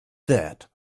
that